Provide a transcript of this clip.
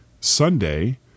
Sunday